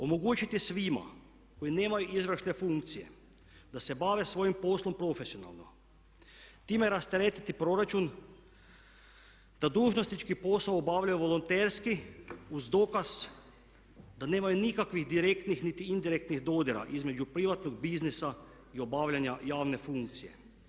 Omogućiti svima koji nemaju izvršne funkcije da se bave svojim poslom profesionalno, time rasteretiti proračun da dužnosnički posao obavljaju volonterski uz dokaz da nemaju nikakvih direktnih niti indirektnih dodira između privatnog biznisa i obavljanja javne funkcije.